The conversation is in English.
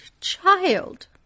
child